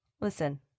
Listen